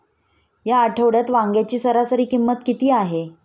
या आठवड्यात वांग्याची सरासरी किंमत किती आहे?